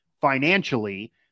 financially